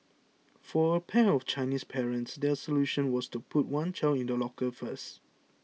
for a pair of Chinese parents their solution was to put one child in a locker first